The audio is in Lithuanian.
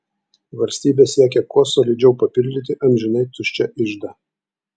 valstybė siekia kuo solidžiau papildyti amžinai tuščią iždą